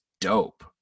dope